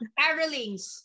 carolings